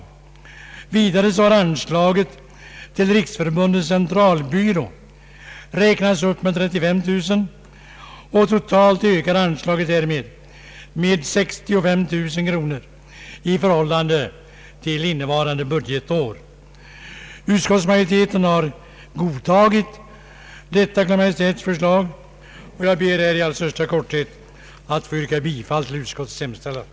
Vidare har anslaget till riksförbundets centralbyrå räknats upp med 35 000 kronor. Totalt ökas alltså anslaget med 65 000 kronor i förhållande till anslaget under innevarande budgetår. Utskottsmajoriteten har således godtagit Kungl. Maj:ts förslag, och jag ber att få yrka bifall till utskottets hemställan.